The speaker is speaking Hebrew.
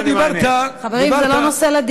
אתה דיברת, חברים, זה לא נושא לדיון.